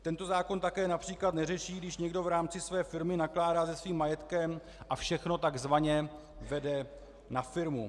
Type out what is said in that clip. Tento zákon také například neřeší, když někdo v rámci své firmy nakládá se svým majetkem a všechno takzvaně vede na firmu.